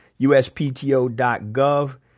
USPTO.gov